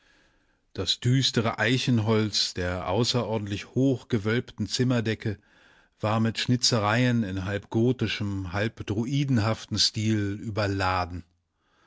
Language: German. das düstere eichenholz der außerordentlich hoch gewölbten zimmerdecke war mit schnitzereien in halb gotischem halb druidenhaftem stil überladen